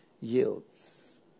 yields